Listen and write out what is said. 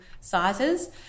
sizes